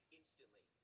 instantly